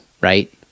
right